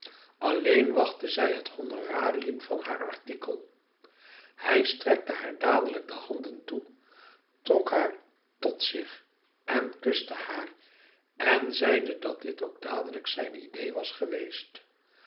alleen wachtte zij het honorarium van haar artikel hij strekte haar dadelijk de handen toe trok haar tot zich en kuste haar en zeide dat dit ook dadelijk zijn idee was geweest